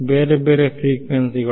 ಬೇರೆ ಬೇರೆ ಫ್ರೀಕ್ವೆನ್ಸಿ ಗಳು